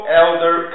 elder